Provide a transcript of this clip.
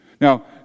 Now